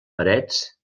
parets